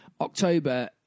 October